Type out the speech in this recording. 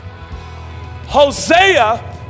Hosea